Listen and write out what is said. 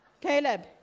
Caleb